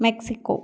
Mexico